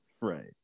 Right